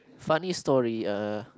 funny story uh